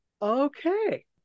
Okay